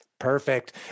Perfect